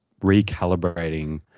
recalibrating